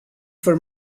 for